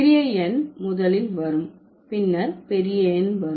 சிறிய எண் முதலில் வரும் பின்னர் பெரிய எண் வரும்